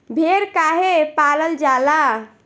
भेड़ काहे पालल जाला?